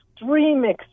extreme